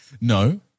No